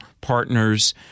partners